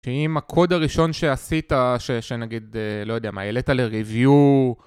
שאם הקוד הראשון שעשית, שנגיד, לא יודע, מה, העלה לReview